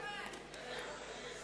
(קוראת בשמות חברי הכנסת)